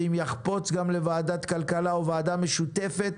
ואם יחפוץ גם לוועדת הכלכלה או לוועדה משותפת